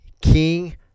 King